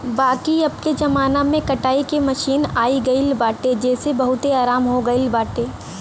बाकी अबके जमाना में कटाई के मशीन आई गईल बाटे जेसे बहुते आराम हो गईल बाटे